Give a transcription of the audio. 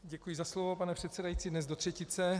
Děkuji za slovo, pane předsedající, dnes do třetice.